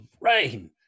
rain